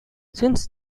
since